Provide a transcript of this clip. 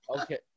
Okay